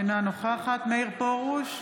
אינה נוכחת מאיר פרוש,